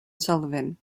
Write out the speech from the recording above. sullivan